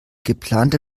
geplante